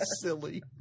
silly